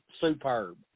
superb